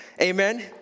Amen